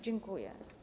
Dziękuję.